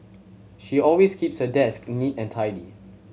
she always keeps her desk neat and tidy